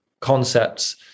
concepts